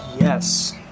Yes